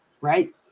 right